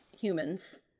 humans